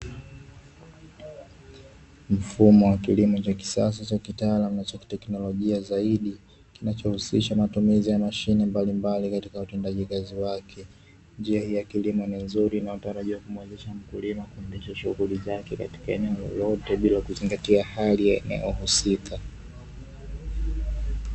Mfumo wa kilimo cha kisasa cha kitaalamu na cha kiteknolojia zaidi kinachohusisha matumizi ya mashine mbalimbali katika utendaji kazi wake. Njia hii ya kilimo ni nzuri inayotarajiwa kumwezesha mkulima kuendesha shughuli zake katika eneo lolote bila kuzingatia hali ya eneo husika.